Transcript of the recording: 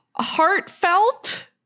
heartfelt